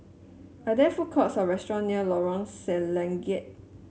are there food courts or restaurants near Lorong Selangat